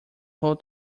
whole